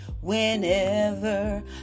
whenever